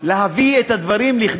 להביא ביחד